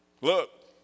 look